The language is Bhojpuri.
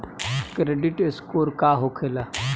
क्रेडिट स्कोर का होखेला?